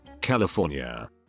California